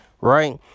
right